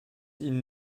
ihnen